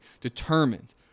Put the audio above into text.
determined